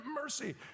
mercy